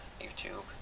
YouTube